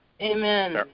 Amen